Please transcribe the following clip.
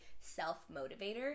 self-motivator